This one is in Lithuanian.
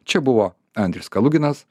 čia buvo andrius kaluginas